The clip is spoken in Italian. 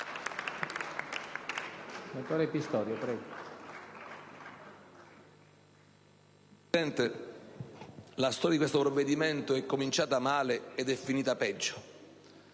Presidente, la storia di questo provvedimento è cominciata male ed è finita peggio.